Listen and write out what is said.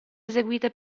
eseguite